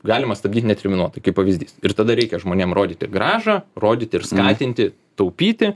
galima stabdyt neterminuotai kaip pavyzdys ir tada reikia žmonėm rodyti grąžą rodyti ir skatinti taupyti